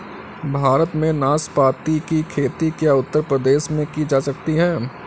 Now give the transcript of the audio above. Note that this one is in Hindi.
भारत में नाशपाती की खेती क्या उत्तर प्रदेश में की जा सकती है?